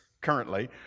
currently